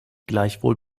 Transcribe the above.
gleichwohl